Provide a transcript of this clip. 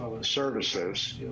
services